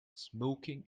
smoking